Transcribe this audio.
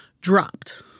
dropped